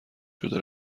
شده